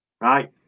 right